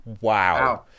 wow